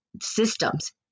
systems